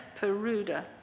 Peruda